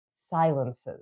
silences